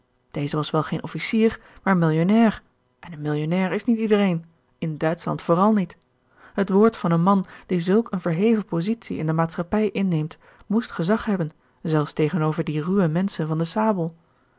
deze was wel geen officier maar millionnair en een millionnair is niet iedereen in duitschland vooral niet het woord van een man die zulk eene verheven positie in de maatschappij inneemt moest gezag hebben zelfs tegenover die ruwe menschen van de sabel